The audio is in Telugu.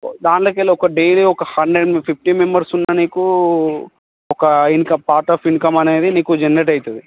దానిలోకి వెళ్ళి ఒక డైలీ ఒక హండ్రెడ్ ఫిఫ్టీ మెంబర్స్ ఉన్న నీకు ఒక ఇన్కమ్ పార్ట్ ఆఫ్ ఇన్కమ్ అనేది నీకు జనరేట్ అవుతుం ది